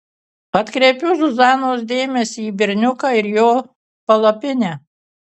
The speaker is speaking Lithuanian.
atkreipiu zuzanos dėmesį į berniuką ir jo palapinę